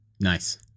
Nice